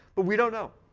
but we don't know.